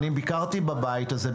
אני ביקרתי בבית הזה.